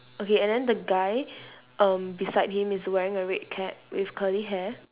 okay and then the guy um beside him is wearing a red cap with curly hair